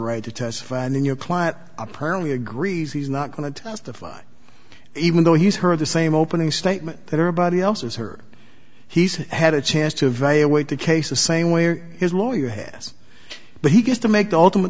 right to testify and in your client i personally agrees he's not going to testify even though he's heard the same opening statement that everybody else is heard he's had a chance to evaluate the case the same way his lawyer has but he gets to make the ultimate